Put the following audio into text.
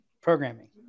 programming